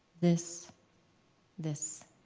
this this.